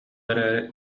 эрээри